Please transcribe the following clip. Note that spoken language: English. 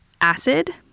acid